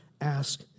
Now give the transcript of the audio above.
ask